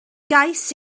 gais